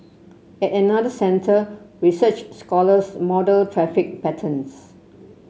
at another centre research scholars model traffic patterns